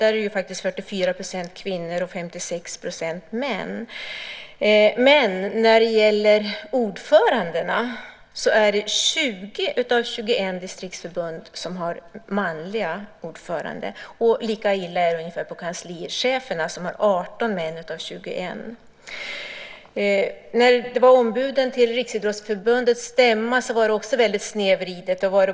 Där finns det 44 % kvinnor och 56 % män. 20 av 21 distriktsförbund har manliga ordföranden. Lika illa är det bland kanslicheferna där 18 chefer av 21 är män. Fördelningen bland ombuden till Riksidrottsförbundets riksstämma var också väldigt snedvriden.